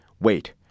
wait